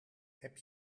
heb